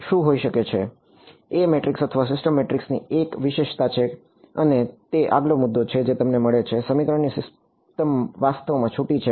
A matrix અથવા system મેટ્રિક્સની એક વિશેષતા છે અને તે આગલો મુદ્દો છે જે તમને મળે છે તે સમીકરણની સિસ્ટમ વાસ્તવમાં છૂટી છે